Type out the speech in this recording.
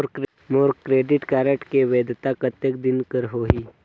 मोर credit card के वैधता कतेक दिन कर होही?